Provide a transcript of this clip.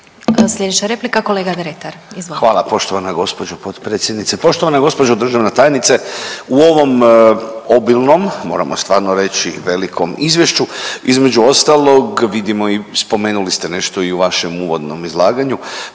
**Dretar, Davor (DP)** Hvala poštovana gospođo potpredsjednice. Poštovana gospođo državna tajnice u ovom obilnom, moramo stvarno reći i velikom izvješću između ostalog vidimo i spomenuli ste nešto i u vašem uvodnom izlaganju,